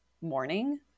morning